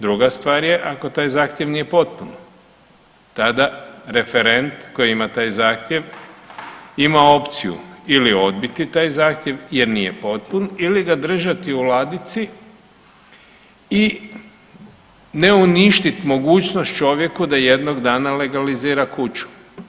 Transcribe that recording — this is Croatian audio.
Druga stvar je ako taj zahtjev nije potpun, tada referent koji ima taj zahtjev ima opciju ili odbiti taj zahtjev jer nije potpun ili ga držati u ladici i ne uništit mogućnost čovjeku da jednog dana legalizira kuću.